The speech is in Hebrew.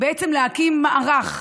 להקים מערך,